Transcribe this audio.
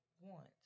want